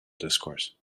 discourse